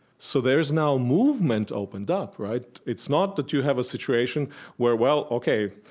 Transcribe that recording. so there's now movement opened up, right? it's not that you have a situation where, well, ok.